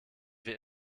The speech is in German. wir